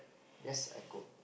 yes I cook